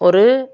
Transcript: ஒரு